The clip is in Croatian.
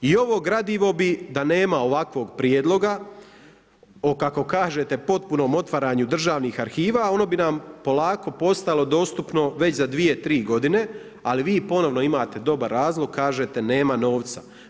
I ovo gradivo bi, da nema ovakvog prijedloga o kako kažete, potpunom otvaranju državnih arhiva ono bi nam polako postalo dostupno već za dvije-tri godine, ali ponovno imate dobar razlog, kažete nema novca.